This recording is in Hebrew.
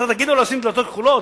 אתה תגיד לו לשים דלתות כחולות?